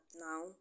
now